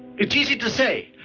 it's easy to say.